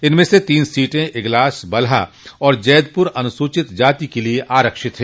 इनमें से तीन सीटें इगलास बलहा और जैदपुर अनुसूचित जाति के लिये आरक्षित है